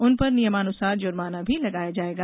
उन पर नियमानुसार जुर्माना भी लगाया जाएगा